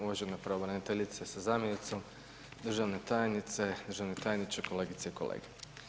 Uvažena pravobraniteljice sa zamjenicom, državne tajnice, državni tajniče, kolegice i kolege.